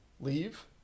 leave